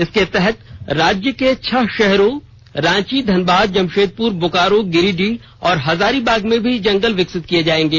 इसके तहत राज्य के छह शहरों रांची धनबाद जमशेदपुर बोकारो गिरिडीह और हजारीबाग में भी जंगल विकसित किए जाएंगे